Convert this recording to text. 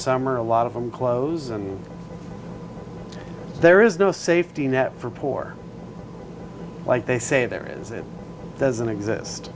summer a lot of them close and there is no safety net for poor like they say there is it doesn't exist